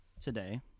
today